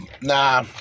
Nah